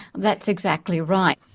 that's exactly right.